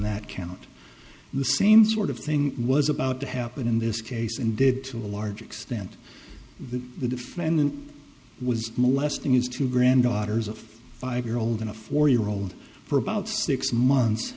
that count the same sort of thing was about to happen in this case and did to a large extent that the defendant was molesting his two granddaughters of five year old in a four year old for about six months